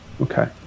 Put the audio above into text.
Okay